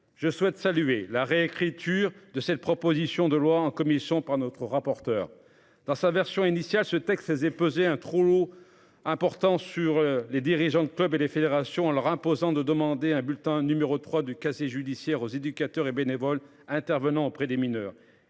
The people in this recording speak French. Je souhaite saluer la réécriture de cette proposition de loi en commission par notre rapporteur dans sa version initiale, ce texte faisait peser un trop important sur les dirigeants de clubs et les fédérations en leur imposant de demander un bulletin numéro 3 du casier judiciaire aux éducateurs et bénévoles intervenant auprès des mineurs.